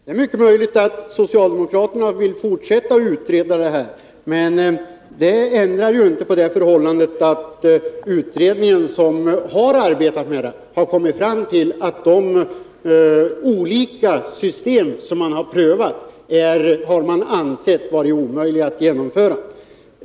Herr talman! Det är mycket möjligt att socialdemokraterna vill fortsätta att utreda, men det ändrar inte det förhållandet att den utredning som har arbetat med frågan har kommit fram till att de olika system som man har prövat är omöjliga att genomföra.